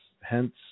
Hence